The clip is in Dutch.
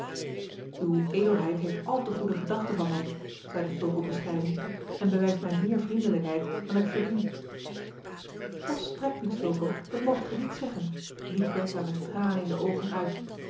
uwe edelheid heeft al te goede gedachten van mij zeide fulco bescheiden en bewijst mij meer vriendelijkheid dan ik verdien volstrekt niet fulco dat moogt ge niet zeggen riep bertha met tranen in de oogen uit